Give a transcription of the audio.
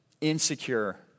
insecure